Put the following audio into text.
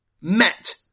met